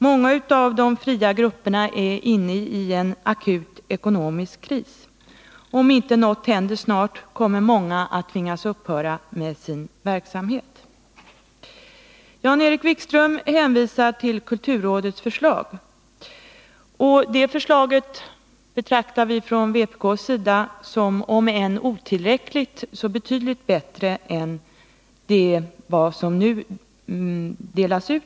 Många av de fria grupperna är inne i en akut ekonomisk kris. Om inte något händer snart kommer många att tvingas upphöra med sin verksamhet. Jan-Erik Wikström hänvisar till kulturrådets förslag. Det förslaget betraktar vi från vpk:s sida som om än otillräckligt så i alla fall betydligt bättre än de bidragsregler som nu gäller.